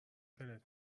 دلت